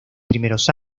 primeros